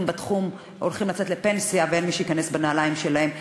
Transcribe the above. בתחום הולכים לצאת לפנסיה ואין מי שייכנס לנעליים שלהם.